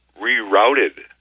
rerouted